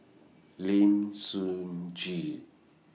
Lim Sun Gee